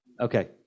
Okay